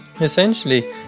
essentially